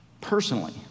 personally